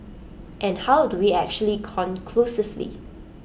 and how do we actually conclusively